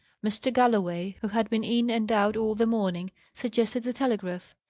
mr. galloway, who had been in and out all the morning, suggested the telegraph.